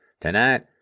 Tonight